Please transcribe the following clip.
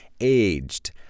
aged